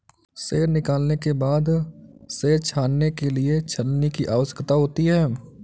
शहद निकालने के बाद शहद छानने के लिए छलनी की आवश्यकता होती है